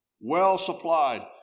well-supplied